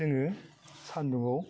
जोङो सान्दुङाव